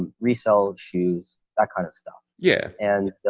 ah resell shoes, that kind of stuff. yeah. and